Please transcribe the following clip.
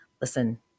listen